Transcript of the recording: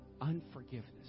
unforgiveness